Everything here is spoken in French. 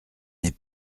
n’est